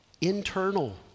Internal